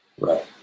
Right